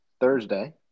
Thursday